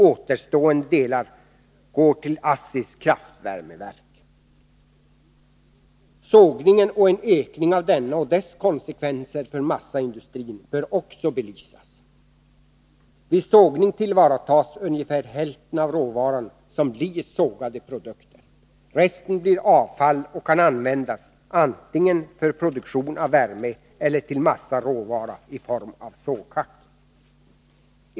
Återstående delar går till ASSI:s kraftvärmeverk. Sågningen och en ökning av denna och dess konsekvenser för massaindustrin bör också belysas. Vid sågning tillvaratas ungefär hälften av råvaran som blir sågade produkter. Resten blir avfall och kan användas antingen för produktion av värme eller till massaråvara i form av såghack.